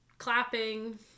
clapping